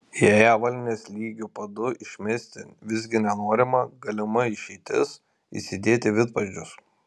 jei avalynės lygiu padu išmesti visgi nenorima galima išeitis įsidėti vidpadžius